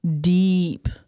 deep